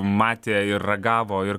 matė ir ragavo ir